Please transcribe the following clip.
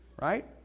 right